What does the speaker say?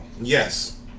yes